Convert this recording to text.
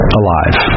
alive